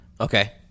Okay